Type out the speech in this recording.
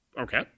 Okay